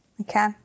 Okay